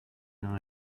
night